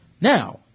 Now